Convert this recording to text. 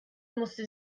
musste